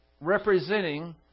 representing